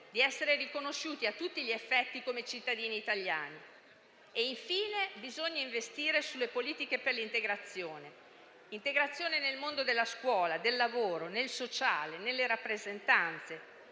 di essere riconosciuti a tutti gli effetti come cittadini italiani. Infine, bisogna investire sulle politiche per l'integrazione: integrazione nel mondo della scuola, del lavoro, nel sociale e nelle rappresentanze,